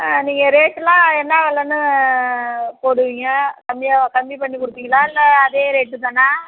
ஆ நீங்கள் ரேட்டுலாம் என்ன வெலைன்னு போடுவிங்க கம்மியாக கம்மி பண்ணிக் கொடுப்பிங்களா இல்லை அதே ரேட்டு தானா